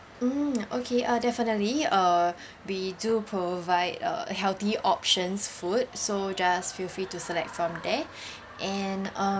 mm okay uh definitely uh we do provide a healthy options food so just feel free to select from there and um